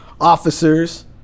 officers